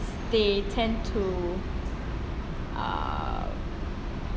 they tend to ah